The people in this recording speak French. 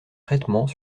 traitements